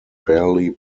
barely